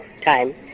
time